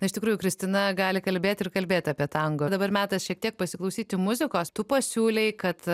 na iš tikrųjų kristina gali kalbėt ir kalbėt apie tango dabar metas šiek tiek pasiklausyti muzikos tu pasiūlei kad